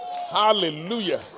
Hallelujah